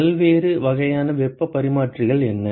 பல்வேறு வகையான வெப்பப் பரிமாற்றிகள் என்ன